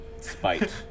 spite